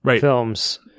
films